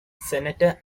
senator